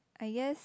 I guess